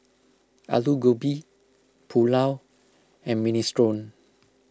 Alu Gobi Pulao and Minestrone